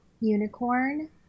Unicorn